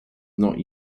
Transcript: not